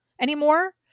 anymore